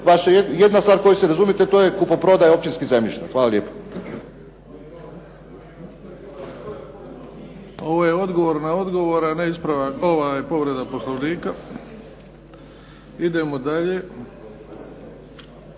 jedina stvar u koju se razumijete to je kupoprodaja općinskih zemljišta. Hvala lijepo. **Bebić, Luka (HDZ)** Ovo je odgovor na odgovor, a ne povreda Poslovnika. Idemo dalje,